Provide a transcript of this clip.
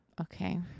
Okay